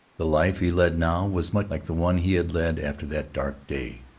the life he led now was much like the one he had led after that dark day.